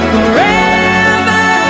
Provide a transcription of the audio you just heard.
Forever